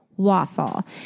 waffle